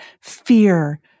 fear